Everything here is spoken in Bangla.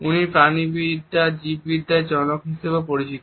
উনি প্রাণী জীববিদ্যার জনক হিসাবেও পরিচিত